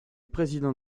président